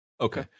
Okay